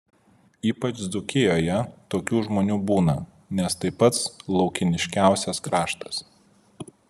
ypač dzūkijoje tokių žmonių būna nes tai pats laukiniškiausias kraštas